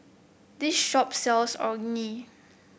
this shop sells Orh Nee